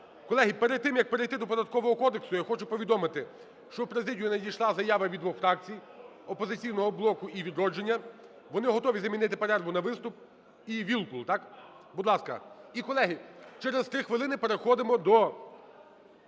Колеги, перед тим як перейти до Податкового кодексу, я хочу повідомити, що в Президію надійшла заява від двох фракцій, "Опозиційного блоку" і "Відродження", вони готові замінити перерву на виступ. І, Вілкул, так? Будь ласка. І, колеги, через 3 хвилини переходимо до